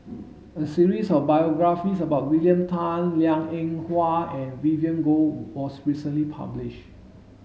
a series of biographies about William Tan Liang Eng Hwa and Vivien Goh was recently published